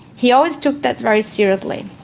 he always took that very seriously.